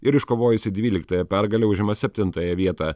ir iškovojusi dvyliktąją pergalę užima septintąją vietą